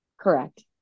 Correct